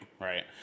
right